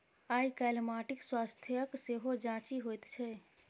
आयकाल्हि माटिक स्वास्थ्यक सेहो जांचि होइत छै